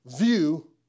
view